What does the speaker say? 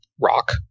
rock